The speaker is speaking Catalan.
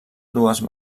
dues